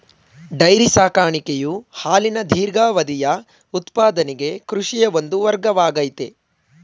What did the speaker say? dairy ಸಾಕಾಣಿಕೆಯು ಹಾಲಿನ ದೀರ್ಘಾವಧಿಯ ಉತ್ಪಾದನೆಗೆ ಕೃಷಿಯ ಒಂದು ವರ್ಗವಾಗಯ್ತೆ